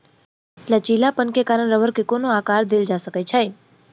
लचीलापन के कारण रबड़ के कोनो आकर देल जा सकै छै